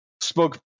spoke